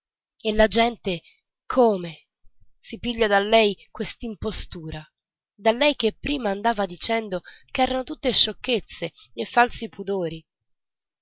e la gente come si piglia da lei quet'impostura da lei che prima andava dicendo ch'eran tutte sciocchezze e falsi pudori